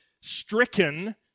stricken